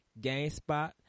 GameSpot